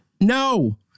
No